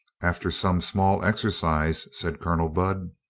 after some small exercise, said colonel budd.